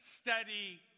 steady